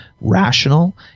rational